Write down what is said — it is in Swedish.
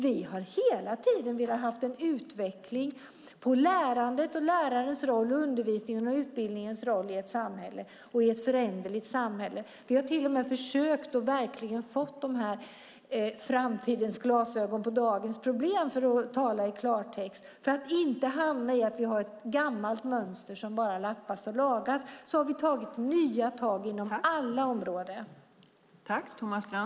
Vi har hela tiden velat ha en utveckling på lärandet och lärarens roll liksom på undervisningens och utbildningens roll i ett föränderligt samhälle. Vi har verkligen satt framtidens glasögon på dagens problem, för att tala klartext. För att vi inte ska fastna i ett gammalt mönster som bara lappas och lagas har vi tagit nya tag inom alla områden.